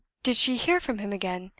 did she hear from him again?